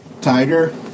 tiger